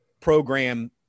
program